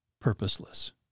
purposeless